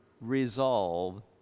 resolve